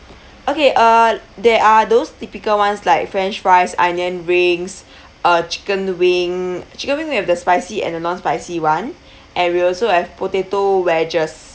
okay uh there are those typical ones like french fries onion rings uh chicken wing chicken wing we have the spicy and non spicy [one] and we also have potato wedges